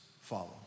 follow